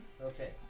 Okay